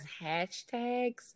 hashtags